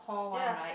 ya